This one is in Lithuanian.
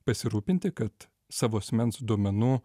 pasirūpinti kad savo asmens duomenų